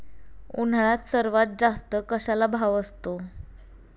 उन्हाळ्यात सर्वात जास्त कशाला भाव असतो?